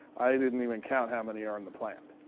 i didn't even count how many are in the plant.